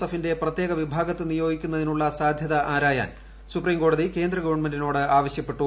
എഫിന്റെ പ്രത്യേക വിഭാഗത്തെ നിയോഗിക്കുന്നതിനുള്ള സാധൃത ആരായാൻ സുപ്രീംകോടതി കേന്ദ്രഗവണ്മെന്റിനോട് ആവശ്യപ്പെട്ടു